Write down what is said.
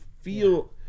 feel